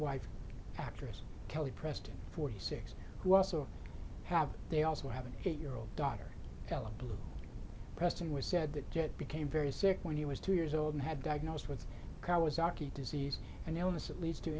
wife actress kelly preston forty six who also have they also have an eight year old daughter ella preston was said that jett became very sick when he was two years old and had diagnosed with carr was ocky disease and illness that leads to